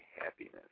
happiness